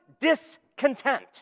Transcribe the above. discontent